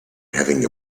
having